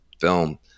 film